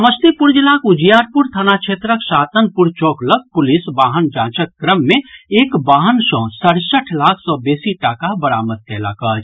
समस्तीपुर जिलाक उजियारपुर थाना क्षेत्रक सातनपुर चौक लऽग पुलिस वाहन जांचक क्रम मे एक वाहन सँ सड़सठि लाख सँ बेसी टाका बरामद कयलक अछि